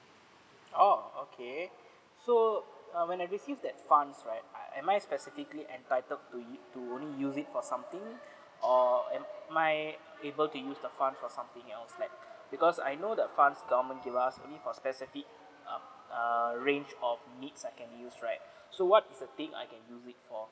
oh okay so uh when I receive that funds right I am I specifically entitled to u~ to only use it for something or am my able to use the fund for something else like because I know the funds government give us only for specific uh err range of needs I can use right so what is the thing I can use it for